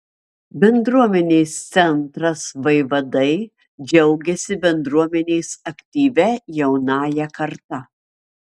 bendruomenės centras vaivadai džiaugiasi bendruomenės aktyvia jaunąja karta